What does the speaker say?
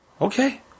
Okay